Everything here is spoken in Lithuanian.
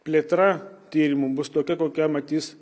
plėtra tyrimų bus tokia kokia matys